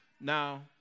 now